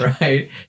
right